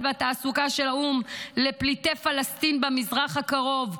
והתעסוקה של האו"ם לפליטי פלסטין במזרח הקרוב,